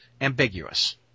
ambiguous